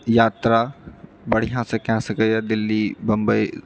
यात्रा बढ़िआँसँ कए सकैए दिल्ली बम्बई